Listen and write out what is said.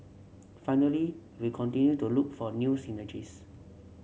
finally we continue to look for new synergies